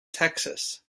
texas